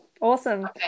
Awesome